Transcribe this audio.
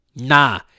nah